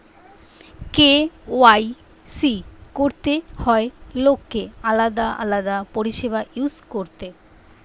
KYC করতে হয় লোককে আলাদা আলাদা পরিষেবা ইউজ করতে